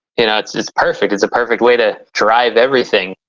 you know, it's it's perfect. it's a perfect way to drive everything.